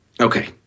Okay